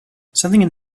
something